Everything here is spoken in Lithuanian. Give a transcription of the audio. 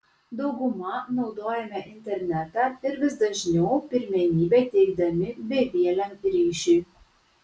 dauguma naudojame internetą ir vis dažniau pirmenybę teikdami bevieliam ryšiui